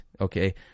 okay